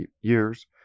years